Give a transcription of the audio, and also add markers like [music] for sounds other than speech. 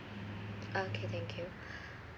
okay thank you [breath]